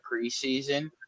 preseason